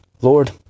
Lord